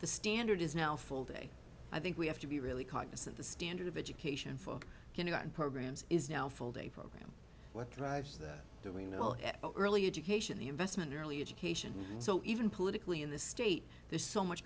the standard is now full day i think we have to be really cognizant the standard of education for kenya and programs is now full day program what drives that during the early education the investment in early education so even politically in the state there's so much